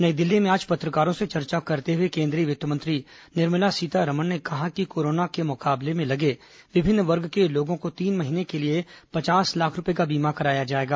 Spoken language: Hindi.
नई दिल्ली में आज पत्रकारों से चर्चा करते हुए केन्द्रीय वित्त मंत्री निर्मला सीतारमण ने कहा कि कोरोना के मुकाबले में लगे विभिन्न वर्ग के लोगों का तीन महीने के लिए पचास लाख रूपये का बीमा कराया जाएगा